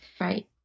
right